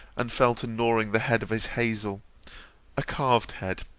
and fell to gnawing the head of his hazel a carved head,